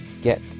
get